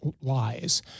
lies